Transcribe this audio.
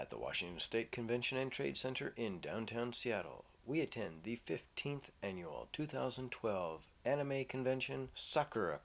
at the washington state convention and trade center in downtown seattle we attend the fifteenth annual two thousand and twelve anime convention soccer